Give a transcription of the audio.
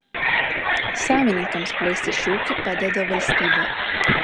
savininkams plėsti šį ūkį padeda valstybė